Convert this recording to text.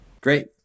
Great